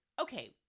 Okay